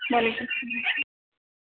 وعلیکُم سَلام